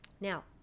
now